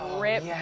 rip